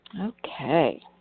Okay